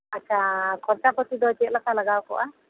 ᱟᱪᱪᱷᱟ ᱠᱷᱚᱨᱪᱟ ᱯᱟᱛᱤ ᱫᱚ ᱪᱮᱫᱞᱮᱠᱟ ᱞᱟᱜᱟᱣ ᱠᱚᱜᱼᱟ